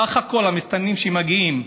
סך הכול המסתננים שמגיעים,